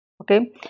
Okay